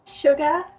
Sugar